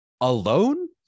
alone